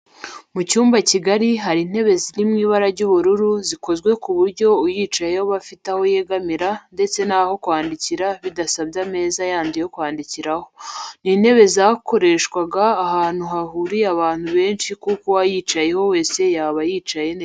Mu cyumba kigari hari intebe ziri mu ibara ry'ubururu zikozwe ku buryo uyicayeho aba afite aho yegamira ndetse n'aho kwandikira bidasabye ameza yandi yo kwandikiraho. Ni intebe zakoreshwa ahantu hahuriye abantu benshi kuko uwayicaraho wese yaba yicaye neza